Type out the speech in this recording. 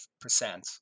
percent